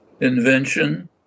invention